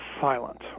silent